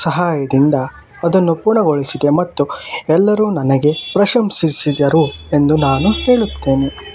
ಸಹಾಯದಿಂದ ಅದನ್ನು ಪೂರ್ಣಗೊಳಿಸಿದೆ ಮತ್ತು ಎಲ್ಲರೂ ನನಗೆ ಪ್ರಶಂಸಿಸಿದರು ಎಂದು ನಾನು ಹೇಳುತ್ತೇನೆ